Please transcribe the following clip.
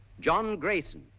john grayson,